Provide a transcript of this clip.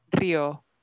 Rio